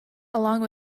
along